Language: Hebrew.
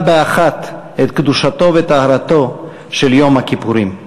באחת את קדושתו וטהרתו של יום הכיפורים.